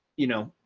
you know,